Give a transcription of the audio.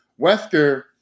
Wesker